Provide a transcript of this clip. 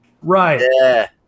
Right